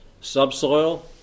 subsoil